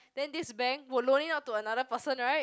then this bank will loan it out to another person right